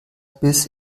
bis